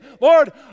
Lord